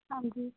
ਹਾਂਜੀ